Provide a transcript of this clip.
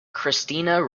christina